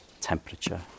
temperature